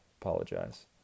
Apologize